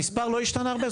המספר לא השתנה הרבה,